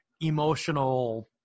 emotional